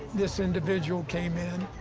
this individual came in.